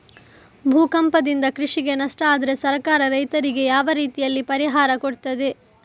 ಭೂಕಂಪದಿಂದ ಕೃಷಿಗೆ ನಷ್ಟ ಆದ್ರೆ ಸರ್ಕಾರ ರೈತರಿಗೆ ಯಾವ ರೀತಿಯಲ್ಲಿ ಪರಿಹಾರ ಕೊಡ್ತದೆ?